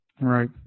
Right